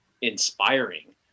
inspiring